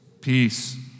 Peace